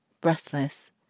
Breathless